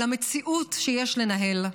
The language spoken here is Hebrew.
אלא מציאות שיש לנהל.